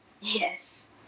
Yes